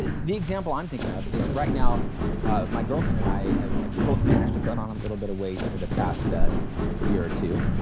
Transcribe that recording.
the example i'm thinking of is right now my girlfriend and i have have both managed to put on a little bit of weight over the past year or two.